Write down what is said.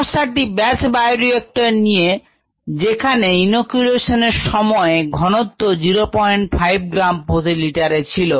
সমস্যাটি batch bioreactor নিয়ে যেখানে ইনোকুলেশন এর সময় ঘনত্ব 05 গ্রাম প্রতি লিটারে ছিল